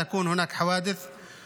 לדוכן ניאצו גם את שירות הביטחון הכללי?